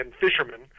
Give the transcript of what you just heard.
fishermen